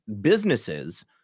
businesses